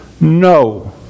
no